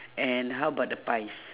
and how about the pies